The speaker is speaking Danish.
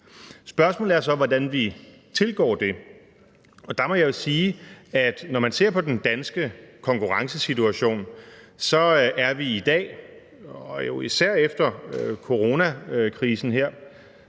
Spørgsmålet er så, hvordan vi tilgår det. Og der må jeg jo sige, at når man ser på den danske konkurrencesituation, er vi i dag – og jo især efter coronakrisen her,